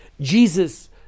Jesus